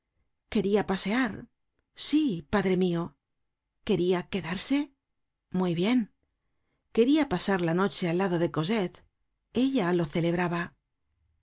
queria pasear sí padre mio queria quedarse muy bien queria pasar la noche al lado de cosette ella lo celebraba